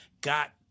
got